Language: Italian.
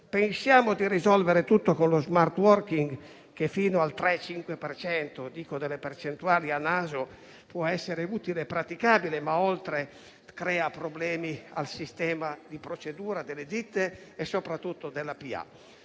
Pensiamo di risolvere tutto con lo *smart working* che fino al 3 o 5 per cento - e dico delle percentuali a naso - può essere utile e praticabile, ma oltre crea problemi al sistema di procedura delle ditte e, soprattutto, della